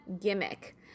gimmick